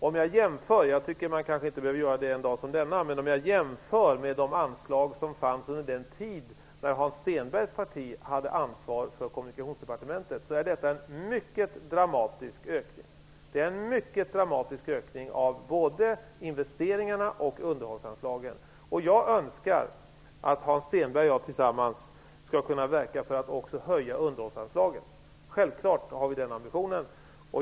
Om jag jämför -- det kanske inte behöver göras en dag som denna -- detta med de anslag som fanns under den tid då Hans Stenbergs parti hade ansvaret för Kommunikationsdepartementet, innebär detta en mycket dramatisk ökning av både investeringarna och underhållsanslagen. Jag önskar att Hans Stenberg och jag tillsammans skall kunna verka för att också höja underhållsanslagen. Självklart har vi den ambitionen.